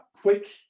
quick